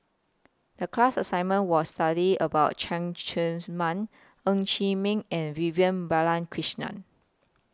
The class assignment was study about Cheng Man Ng Chee Meng and Vivian Balakrishnan